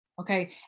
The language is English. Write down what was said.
Okay